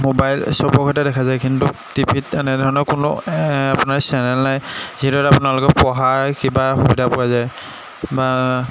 mobile চবৰে ঘৰতে দেখা যায় কিন্তু টি ভিত তেনেধৰণৰ কোনো আপোনাৰ চেনেল নাই যিটোত আপোনালোকে পঢ়াৰ কিবা সুবিধা পোৱা যায় বা